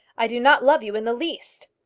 i do not love you in the least.